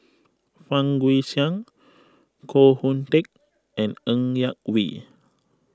Fang Guixiang Koh Hoon Teck and Ng Yak Whee